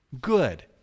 good